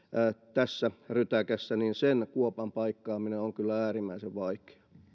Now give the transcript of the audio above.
tässä rytäkässä niin sen kuopan paikkaaminen on kyllä äärimmäisen